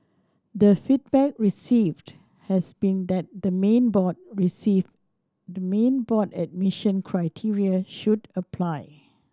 the feedback received has been that the main board receive the main board admission criteria should apply